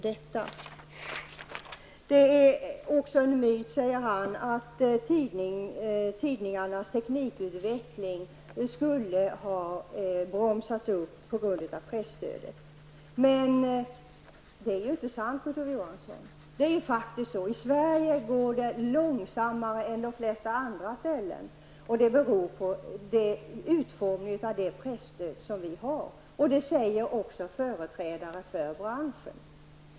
Det är också en myt, säger Kurt Ove Johansson, att tidningarnas teknikutveckling skulle ha bromsats upp på grund av presstödet. Men det är inte sant. I Sverige går teknikutvecklingen på detta område långsammare än på de flesta andra håll, och det beror på utformningen av det presstöd som vi har. Detta säger också företrädare för branschen.